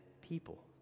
people